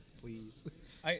please